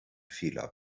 fehler